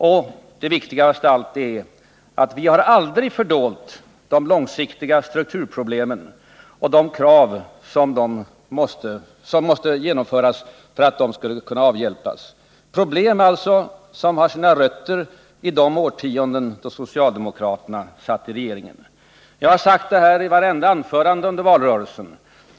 Och det viktigaste av allt är att vi aldrig har fördolt de långsiktiga strukturproblemen och vad som måste genomföras för att de skulle kunna avhjälpas. Det är fråga om problem som har sina rötter i de årtionden då socialdemokraterna satt i regeringen. Jag har sagt detta i vartenda anförande under valrörelsen.